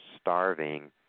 starving